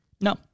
No